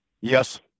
yes